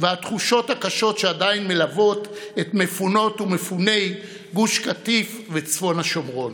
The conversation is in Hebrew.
והתחושות הקשות שעדיין מלוות את מפונות ומפוני גוש קטיף וצפון השומרון,